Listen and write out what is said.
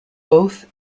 both